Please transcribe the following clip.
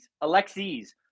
Alexis